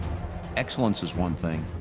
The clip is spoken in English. excellence is one thing.